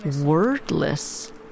wordless